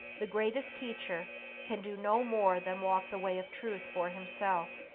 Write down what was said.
the greatest teacher can do no more than walk the way of truth for himself,